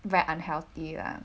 very unhealthy lah